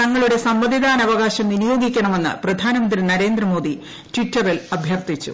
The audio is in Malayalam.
തങ്ങളുടെ സമ്മതിട്ടാക്കാശം വിനിയോഗിക്കണമെന്ന് പ്രധാനമന്ത്രി നരേന്ദ്രമോദി ട്വിറ്ററിൽ അഭ്യർത്ഥിച്ചു